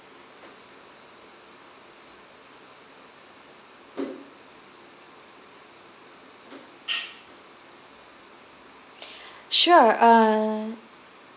sure uh